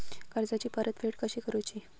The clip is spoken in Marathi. कर्जाची परतफेड कशी करूची?